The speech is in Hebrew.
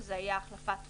שזה היה החלפת מונח,